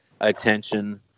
attention